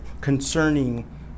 concerning